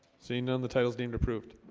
seen done the titles deemed approved